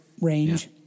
range